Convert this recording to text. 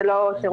זה לא תירוץ,